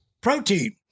protein